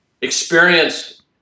experience